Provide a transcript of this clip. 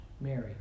Mary